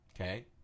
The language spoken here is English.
Okay